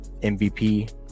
mvp